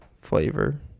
flavor